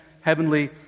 heavenly